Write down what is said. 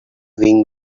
wing